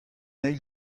eil